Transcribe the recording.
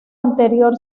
anterior